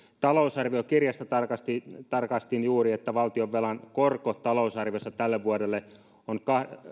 talousarviokirjasta tarkastin juuri että valtionvelan korko talousarviossa tälle vuodelle on